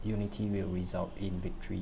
unity will result in victory